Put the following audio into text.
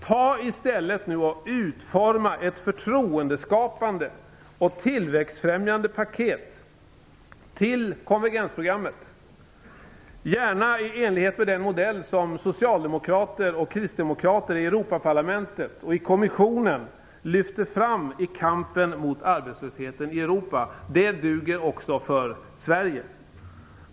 Ta i stället nu och utforma ett förtroendeskapande och tillväxtfrämjande paket till konvergensprogrammet, gärna i enlighet med den modell som socialdemokrater och kristdemokrater i Europaparlamentet och i kommissionen lyfter fram i kampen mot arbetslösheten i Europa. Det duger också för Sverige.